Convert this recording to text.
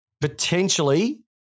potentially